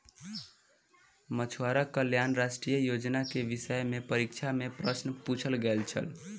मछुआरा कल्याण राष्ट्रीय योजना के विषय में परीक्षा में प्रश्न पुछल गेल छल